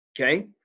Okay